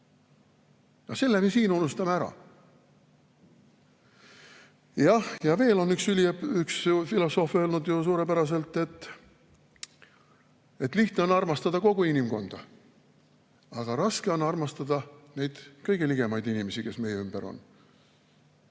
Selle siin unustame ära. Jah, ja veel on üks filosoof öelnud suurepäraselt, et lihtne on armastada kogu inimkonda, aga raske on armastada neid kõige ligemaid inimesi, kes meie ümber on.